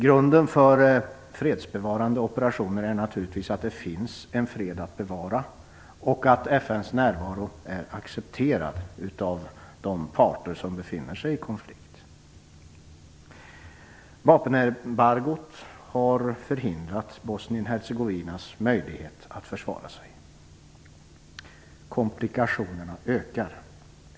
Grunden för fredsbevarande operationer är naturligtvis att det finns en fred att bevara och att FN:s närvaro är accepterad av de parter som befinner sig i konflikt. Vapenembargot har omintetgjort Bosnien Hercegovinas möjlighet att försvara sig. Komplikationerna ökar.